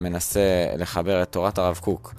מנסה לחבר את תורת הרב קוק.